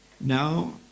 now